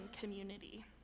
community